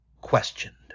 questioned